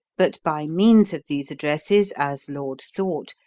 but by means of these addresses, as laud thought,